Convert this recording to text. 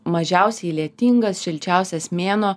mažiausiai lietingas šilčiausias mėnuo